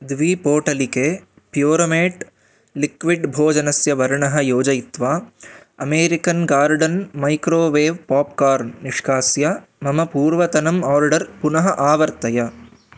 द्वे पोटलिके प्यूरमेट् लिक्विड् भोजनस्य वर्णः योजयित्वा अमेरिकन् गार्डन् मैक्रोवेव् पाप्कार्न् निष्कास्य मम पूर्वतनम् आर्डर् पुनः आवर्तय